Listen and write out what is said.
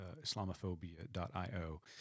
Islamophobia.io